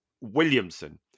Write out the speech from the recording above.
Williamson